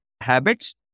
habits